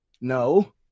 no